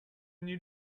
new